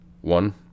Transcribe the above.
One